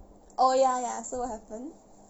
oh ya ya so what happened